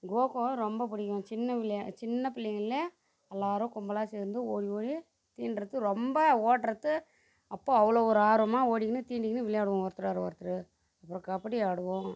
கோகோனால் ரொம்ப பிடிக்கும் சின்னப்பிள்ளயா சின்னப்பிள்ளைங்கள் எல்லோரும் கும்பலாக சேர்ந்து ஓடிஓடி தீண்டுறது ரொம்ப ஓடுறது அப்போது அவ்வளோ ஒரு ஆர்வமாக ஓடிக்கின்னு தீண்டிக்கின்னு விளையாடுவோம் ஒருத்தருக்கு ஒருத்தர் அப்புறம் கபடி ஆடுவோம்